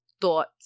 thoughts